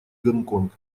гонконг